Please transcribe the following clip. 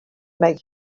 make